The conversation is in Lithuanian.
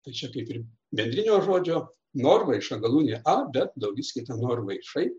tai čia kaip ir bendrinio žodžio norvaiša galūnė a bet daugiskaita norvaišai